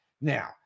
now